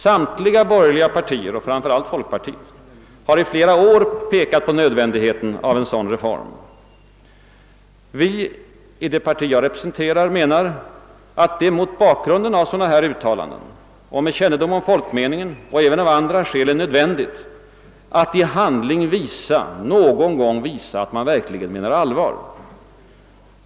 Samtliga borgerliga partier och framför allt folkpartiet har i flera år pekat på nöd vändigheten av en sådan reform. Vi i högerpartiet menar att det mot bakgrund av dylika uttalanden och med kännedom om folkmeningen samt även av andra skäl är nödvändigt att i handling någon gång visa att man verkligen menar allvar.